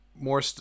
more